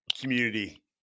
community